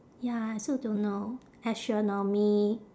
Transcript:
ya I also don't know astronomy